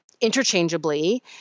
interchangeably